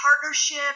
partnership